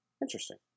Interesting